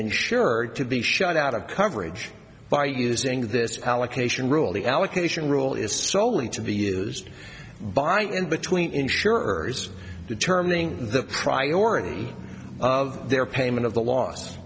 surer to be shut out of coverage by using this allocation rule the allocation rule is soley to be used by in between insurers determining the priority of their payment of the l